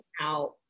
out